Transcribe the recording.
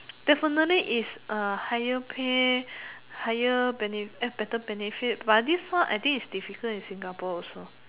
definitely is a higher pay higher bene~ eh better benefit but this one I think is difficult in Singapore also